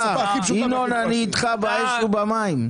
ינון, אני איתך באש ובמים.